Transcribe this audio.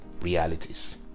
realities